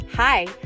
Hi